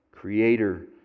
Creator